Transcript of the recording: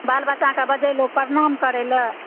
बाल बच्चा के बजेलहुॅं प्रणाम करै लऽ